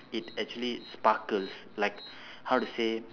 it actually sparkles like how to say